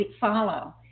follow